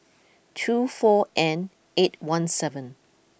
two four N eight one seven